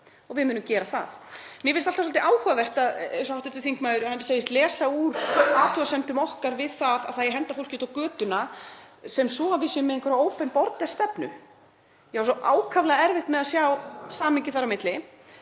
og við munum gera það. Mér finnst alltaf svolítið áhugavert að hv. þingmaður segist lesa úr athugasemdum okkar við það að það eigi að henda fólki út á götuna, þannig að við séum með einhverja „open borders“-stefnu. Ég á svo ákaflega erfitt með að sjá samhengi þar á milli.